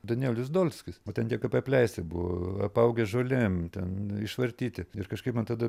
danielius dolskis o ten tie kapai apleisti buvo apaugę žolėm ten išvartyti ir kažkaip man tada